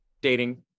dating